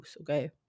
okay